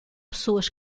pessoas